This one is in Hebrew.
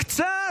קצת,